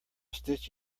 stitch